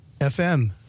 FM